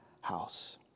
house